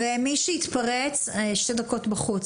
ומי שיתפרץ, שתי דקות בחוץ.